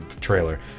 trailer